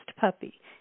puppy